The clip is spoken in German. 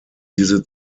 diese